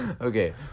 Okay